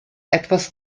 etwas